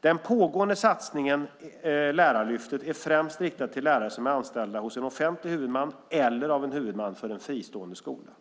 Den pågående satsningen, Lärarlyftet, är främst riktad till lärare som är anställda hos en offentlig huvudman eller av en huvudman för en fristående skola.